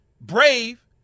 brave